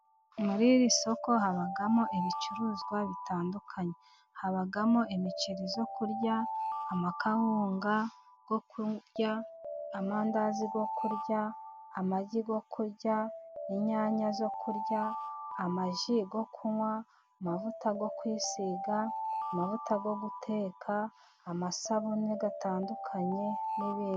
Muri iri soko habamo ibicuruzwa bitandukanye habamo :imiceri yo kurya, amakawuga yo kurya ,amandazi yo kurya, amagi yo kurya, inyanya zo kurya ,amaji yo kunywa ,amavuta yo kwisiga, amavuta yo guteka ,amasabune atandukanye n'ibindi.